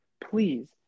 please